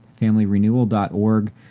familyrenewal.org